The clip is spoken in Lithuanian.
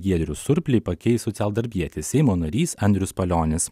giedrių surplį pakeis socialdarbietis seimo narys andrius palionis